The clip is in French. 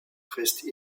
reste